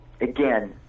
again